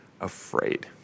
afraid